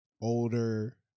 older